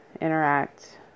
interact